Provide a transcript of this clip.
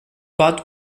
bud